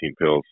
pills